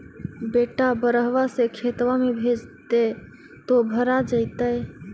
बेटा बहरबा से खतबा में भेजते तो भरा जैतय?